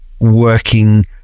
working